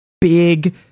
big